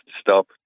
stop